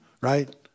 right